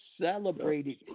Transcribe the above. celebrated